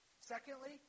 Secondly